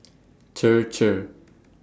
Chir Chir